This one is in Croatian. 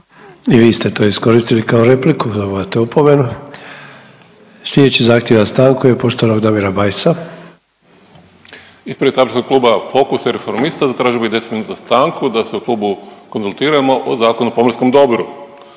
I vi ste to iskoristili kao repliku, dobivate opomenu. Sljedeći zahtjev za stanku je poštovanog Damira Bajsa. **Bajs, Damir (Fokus)** Ispred saborskog Kluba Fokusa i Reformista zatražio bi 10-minutnu stanku da se u klubu konzultiramo o Zakonu o pomorskom dobru.